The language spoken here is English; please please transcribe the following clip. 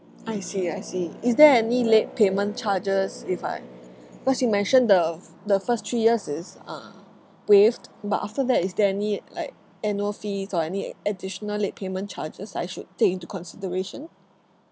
I see I see is there any late payment charges if I cause you mentioned the f~ the first three years it's uh waived but after that is there any like annual fees or any additional late payment charges I should take into consideration